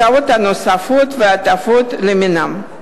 שעות נוספות והטבות למיניהן.